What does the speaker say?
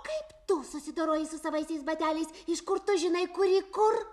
kaip tu susidoroji su savaisiais bateliais iš kur tu žinai kuri kur